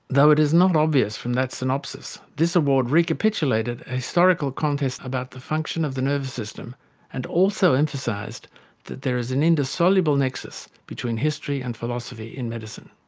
though it is not obvious from that synopsis, this award recapitulated a historical contest about the function of the nervous system and also emphasised that there is an indissoluble nexus between history and philosophy in medicine.